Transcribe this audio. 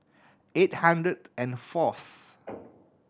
eight hundred and fourth